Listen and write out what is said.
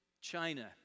China